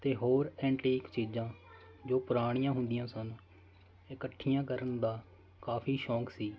ਅਤੇ ਹੋਰ ਐਂਟੀਕ ਚੀਜ਼ਾਂ ਜੋ ਪੁਰਾਣੀਆਂ ਹੁੰਦੀਆਂ ਸਨ ਇਕੱਠੀਆਂ ਕਰਨ ਦਾ ਕਾਫੀ ਸ਼ੌਕ ਸੀ